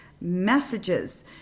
messages